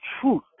truth